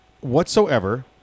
whatsoever